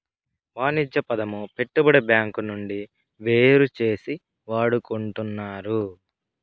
వాణిజ్య పదము పెట్టుబడి బ్యాంకు నుండి వేరుచేసి వాడుకుంటున్నారు